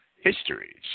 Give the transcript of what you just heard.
histories